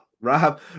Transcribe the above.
rob